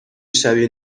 شبیه